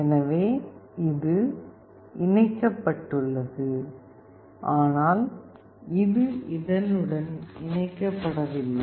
எனவே இது இணைக்கப்பட்டுள்ளது ஆனால் இது இதனுடன் இணைக்கப்படவில்லை